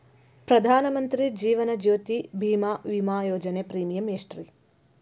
ಪ್ರಧಾನ ಮಂತ್ರಿ ಜೇವನ ಜ್ಯೋತಿ ಭೇಮಾ, ವಿಮಾ ಯೋಜನೆ ಪ್ರೇಮಿಯಂ ಎಷ್ಟ್ರಿ?